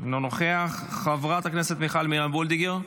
אינו נוכח, חברת הכנסת מיכל מרים וולדיגר,